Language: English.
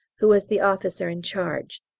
who was the officer in charge.